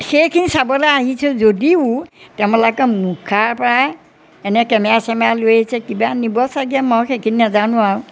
সেইখিনি চাবলৈ আহিছোঁ যদিও তোমালোকে মুখাৰপৰা এনেই কেমেৰা চেমেৰা লৈ আহিছে কিবা নিব চাগে মই সেইখিনি নেজানো আৰু